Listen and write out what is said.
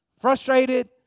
frustrated